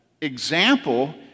example